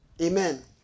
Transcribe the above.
Amen